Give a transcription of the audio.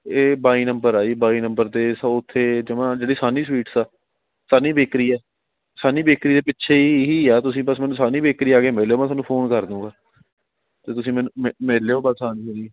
ਇਹ ਬਾਈ ਨੰਬਰ ਆ ਜੀ ਬਾਈ ਨੰਬਰ 'ਤੇ ਸਾਊਥ 'ਤੇ ਜਮ੍ਹਾਂ ਜਿਹੜੀ ਸਾਹਨੀ ਸਵੀਟਸ ਆ ਸਾਹਨੀ ਬੇਕਰੀ ਆ ਸਾਹਨੀ ਬੇਕਰੀ ਦੇ ਪਿੱਛੇ ਹੀ ਇਹੀ ਆ ਤੁਸੀਂ ਬਸ ਮੈਨੂੰ ਸਾਹਨੀ ਬੇਕਰੀ ਆ ਕੇ ਮਿਲਿਓ ਮੈਂ ਤੁਹਾਨੂੰ ਫੋਨ ਕਰ ਦੂੰਗਾ ਅਤੇ ਤੁਸੀਂ ਮੈਨੂੰ ਮੇ ਮਿਲ ਲਿਓ ਬਸ ਹਾਂਜੀ ਹਾਂਜੀ